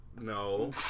No